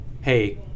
Hey